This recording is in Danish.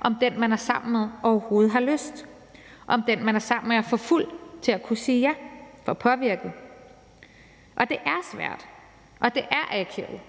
om den, man er sammen med, overhovedet har lyst, om den, man er sammen med, er for fuld eller påvirket til at kunne sige ja. Og det er svært, og det er akavet